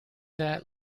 that